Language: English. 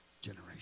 generation